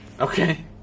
Okay